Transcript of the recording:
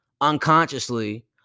unconsciously